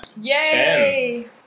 Yay